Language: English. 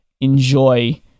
enjoy